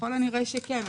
ככל הנראה כן,